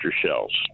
shells